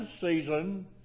season